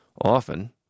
Often